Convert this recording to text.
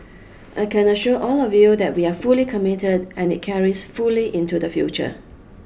I can assure all of you that we are fully committed and it carries fully into the future